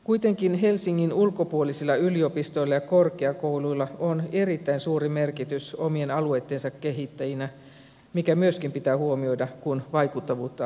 kuitenkin helsingin ulkopuolisilla yliopistoilla ja korkeakouluilla on erittäin suuri merkitys omien alueittensa kehittäjinä mikä myöskin pitää huomioida kun vaikuttavuutta arvioidaan